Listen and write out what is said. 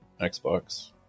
xbox